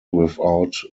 without